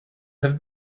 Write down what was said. have